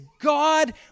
God